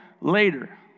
later